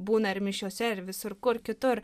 būna ir mišiose ir visur kur kitur